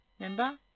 Remember